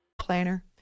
Planner